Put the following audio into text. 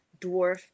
dwarf